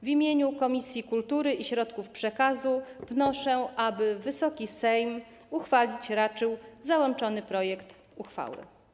W imieniu Komisji Kultury i Środków Przekazu wnoszę, aby Wysoki Sejm uchwalić raczył załączony projekt uchwały.